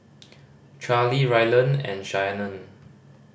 Charlie Ryland and Shanon